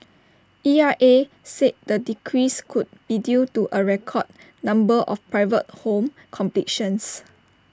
E R A said the decrease could be due to A record number of private home completions